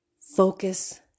focus